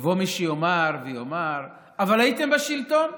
יבוא מי שיאמר ויאמר: אבל הייתם בשלטון.